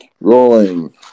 Rolling